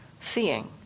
seeing